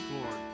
Lord